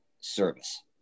service